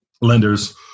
lenders